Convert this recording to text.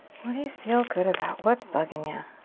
what do you feel good about? what's bugging ya?